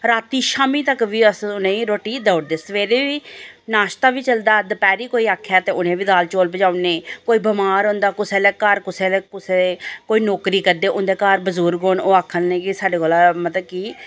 रातीं शामी तक बी अस उ'नें ई रुट्टी देई ओड़दे सवेरे बी नाश्ता बी चलदा दपैह्री कोई आक्खै ते उ'नें ई बी दाल चौल पजाई ओड़नी कोई बमार होंदा कुसै लै घर कुसै दे कोई नौकरी करदे उं'दे घर बुजुर्ग होन ओह् आक्खन कि साढ़े कोलां मतलब कि